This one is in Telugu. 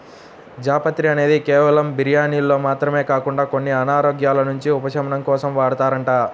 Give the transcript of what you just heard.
జాపత్రి అనేది కేవలం బిర్యానీల్లో మాత్రమే కాకుండా కొన్ని అనారోగ్యాల నుంచి ఉపశమనం కోసం వాడతారంట